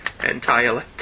entirely